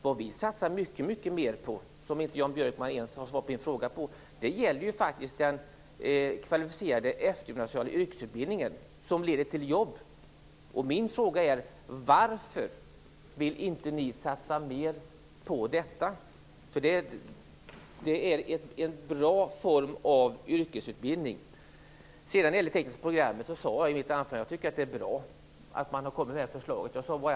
Vad vi satsar mycket mer på är den kvalificerade eftergymnasiala yrkesutbildningen, som leder till jobb. Jan Björkman har inte ens svarat på min fråga om det. Varför vill ni inte satsa mer på detta? Det är en bra form av yrkesutbildning. Jag sade i mitt anförande att jag tycker att det är bra att man har kommit med förslag om det tekniska programmet.